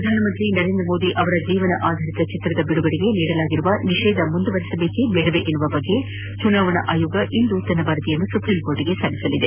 ಪ್ರಧಾನಮಂತ್ರಿ ನರೇಂದ್ರಮೋದಿ ಅವರ ಜೀವನಾಧಾರಿತ ಚಿತ್ರದ ಬಿಡುಗಡೆಗೆ ನೀಡಲಾಗಿರುವ ನಿಷೇಧ ಮುಂದುವರಿಸಬೇಕೆ ಅಥವಾ ಬೇಡವೇ ಎನ್ನುವ ಬಗ್ಗೆ ಚುನಾವಣಾ ಆಯೋಗ ಇಂದು ತನ್ನ ವರದಿಯನ್ನು ಸುಪ್ರೀಂಕೋರ್ಟ್ಗೆ ಸಲ್ಲಿಸಲಿದೆ